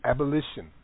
Abolition